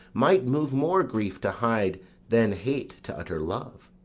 might move more grief to hide than hate to utter love.